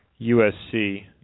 USC